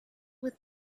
with